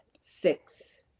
six